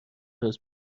راست